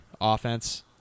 offense